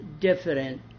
different